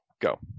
go